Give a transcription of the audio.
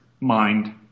mind